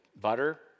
butter